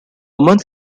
month